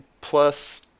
plus